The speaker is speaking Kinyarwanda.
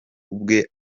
ubwe